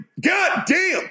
goddamn